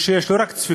שיש בו לא רק צפיפות.